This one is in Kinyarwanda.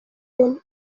beni